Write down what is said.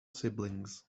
siblings